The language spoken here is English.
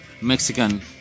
Mexican